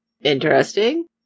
Interesting